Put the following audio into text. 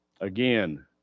again